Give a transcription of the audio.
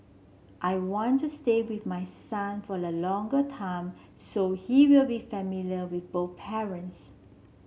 I want to stay with my son for a longer time so he will be familiar with both parents